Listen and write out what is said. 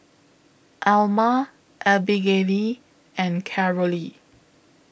Alma Abigayle and Carolee